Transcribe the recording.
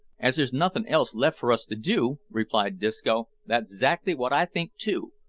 as there's nothin' else left for us to do, replied disco, that's zactly wot i think too,